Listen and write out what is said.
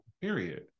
period